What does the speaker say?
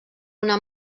una